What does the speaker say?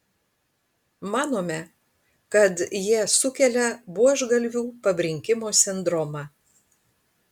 manome kad jie sukelia buožgalvių pabrinkimo sindromą